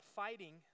fighting